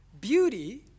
Beauty